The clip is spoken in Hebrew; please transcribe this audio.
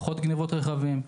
פחות גנבות רכבים.